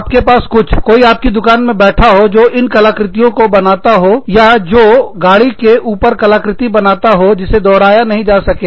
आपके पास कुछ कोई आपकी दुकान में बैठा हो जो इन कलाकृतियों को बनाता हो या जो गाड़ी के ऊपर कलाकृति बनाता हो जिसे दोहराया नहीं जा सके